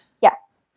Yes